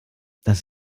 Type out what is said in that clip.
das